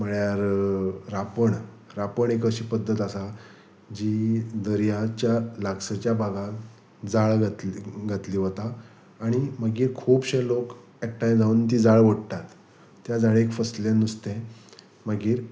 म्हळ्यार रापण रापण एक अशी पद्दत आसा जी दर्याच्या लागसच्या भागान जाळ घातली घातली वता आनी मागीर खुबशे लोक एकठांय जावन ती जाळ ओडटात त्या जाळेक फसलें नुस्तें मागीर